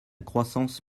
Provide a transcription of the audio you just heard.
croissance